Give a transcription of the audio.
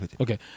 Okay